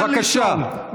מוכן לשאול,